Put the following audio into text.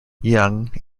young